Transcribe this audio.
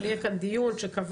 אבל יהיה כאן דיון שקבענו,